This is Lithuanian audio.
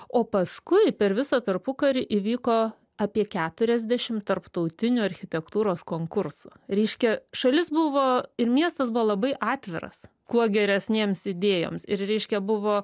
o paskui per visą tarpukarį įvyko apie keturiasdešim tarptautinių architektūros konkursų reiškia šalis buvo ir miestas buvo labai atviras kuo geresnėms idėjoms ir reiškia buvo